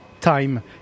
time